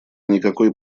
никакой